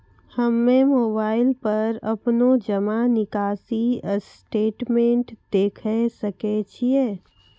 हम्मय मोबाइल पर अपनो जमा निकासी स्टेटमेंट देखय सकय छियै?